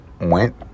went